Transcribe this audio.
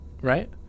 right